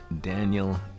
Daniel